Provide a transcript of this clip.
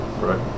Right